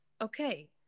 Okay